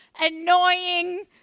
annoying